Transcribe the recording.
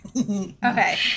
Okay